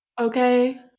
Okay